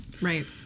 right